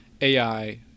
AI